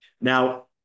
Now